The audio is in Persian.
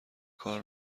کار